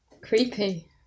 Creepy